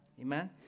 Amen